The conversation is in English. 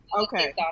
Okay